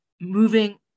moving